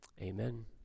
amen